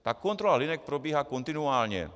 Ta kontrola linek probíhá kontinuálně.